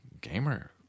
gamer